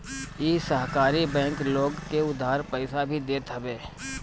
इ सहकारी बैंक लोग के उधार पईसा भी देत हवे